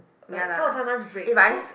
like four or five month break so